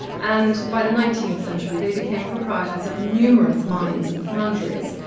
and by the nineteenth century, they became proprietors of numerous mines and foundries,